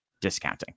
discounting